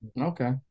Okay